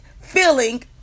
feeling